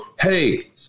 Hey